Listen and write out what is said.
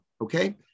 okay